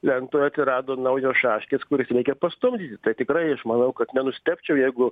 lentoj atsirado naujos šaškės kurias reikia pastumdyti tai tikrai aš manau kad nenustebčiau jeigu